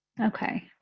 Okay